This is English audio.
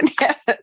Yes